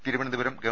തിരു വനന്തപുരം ഗവ